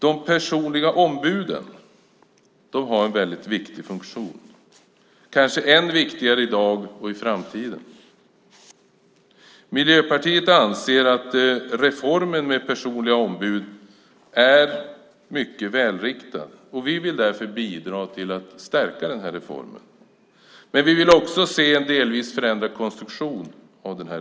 De personliga ombuden har en mycket viktig funktion, kanske än viktigare i dag och i framtiden. Miljöpartiet anser att reformen med personliga ombud är mycket välriktad. Vi vill därför bidra till att stärka reformen, men också se en delvis förändrad konstruktion av den.